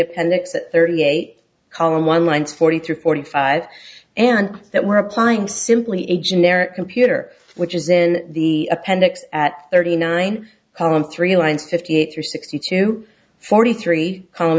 appendix at thirty eight column one lines forty three forty five and that we're applying simply a generic computer which is in the appendix at thirty nine palms three lines fifty three sixty two forty three